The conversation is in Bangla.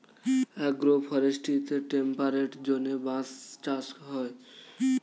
অ্যাগ্রো ফরেস্ট্রিতে টেম্পারেট জোনে বাঁশ চাষ হয়